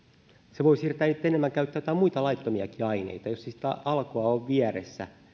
se voi siirtää heitä enemmän käyttämään joitain muita laittomiakin aineita jos ei sitä alkoa ole vieressä